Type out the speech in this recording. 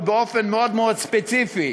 ובאופן מאוד מאוד ספציפי,